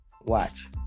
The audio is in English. Watch